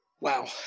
Wow